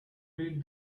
read